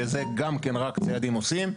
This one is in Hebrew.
שזה גם כן רק ציידים עושים,